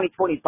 2025